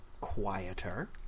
quieter